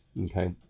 Okay